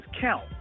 count